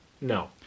No